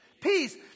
Peace